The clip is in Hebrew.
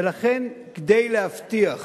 ולכן, כדי להבטיח